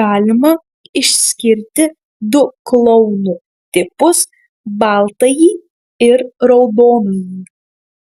galima išskirti du klouno tipus baltąjį ir raudonąjį